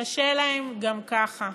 קשה להם גם ככה.